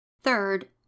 Third